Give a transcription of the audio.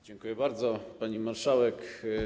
Dziękuję bardzo, pani marszałek.